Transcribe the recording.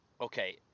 Okay